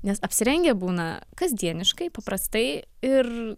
nes apsirengę būna kasdieniškai paprastai ir